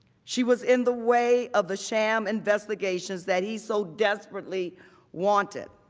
she was in the way of the sham investigations that he so desperately wanted.